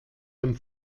dem